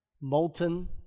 Molten